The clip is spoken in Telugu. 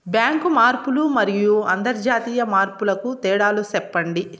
బ్యాంకు మార్పులు మరియు అంతర్జాతీయ మార్పుల కు తేడాలు సెప్పండి?